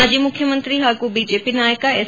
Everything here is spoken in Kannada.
ಮಾಜಿ ಮುಖ್ಯಮಂತ್ರಿ ಹಾಗೂ ಬಿಜೆಪಿ ನಾಯಕ ಎಸ್